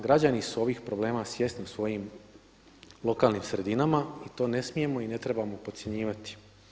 Građani su ovog problema svjesni u svojim lokalnim sredinama i to ne smijemo i ne trebamo podcjenjivati.